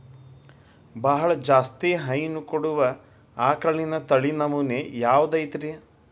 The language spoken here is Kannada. ಬಹಳ ಜಾಸ್ತಿ ಹೈನು ಕೊಡುವ ಆಕಳಿನ ತಳಿ ನಮೂನೆ ಯಾವ್ದ ಐತ್ರಿ?